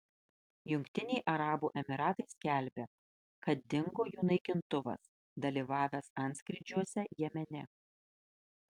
jungtiniai arabų emyratai skelbia kad dingo jų naikintuvas dalyvavęs antskrydžiuose jemene